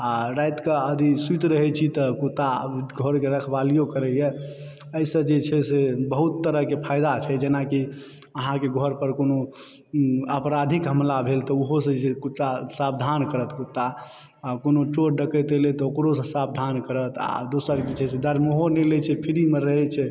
आ रातिकऽ यदि सुति रहै छी तऽ कुत्ता घर के रखवालिओ करयए एहीसँ जे छै से बहुत तरहके फायदा छै जेनाकि अहाँके घर पर कोनो अपराधिक हमला भेल तऽ उहोसँ जे कुत्ता सावधान करत कुत्ता आ कोनो चोर डकैत एलय तऽ ओकरोसँ सावधान करत आ दोसर जे छै से दरमहो नहि लैत छै फ्रीमऽ रहै छै